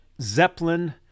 Zeppelin